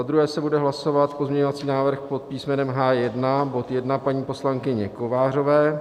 Bude se hlasovat pozměňovací návrh pod písmenem H1 bod 1 paní poslankyně Kovářové.